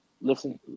listen